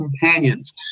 companions